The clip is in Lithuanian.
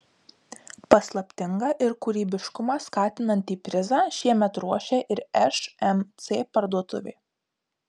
paslaptingą ir kūrybiškumą skatinantį prizą šiemet ruošia ir šmc parduotuvė